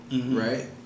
right